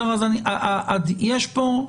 יש פה,